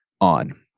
on